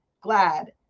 glad